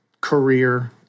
career